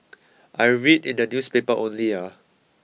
I read in the newspaper only ah